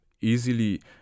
easily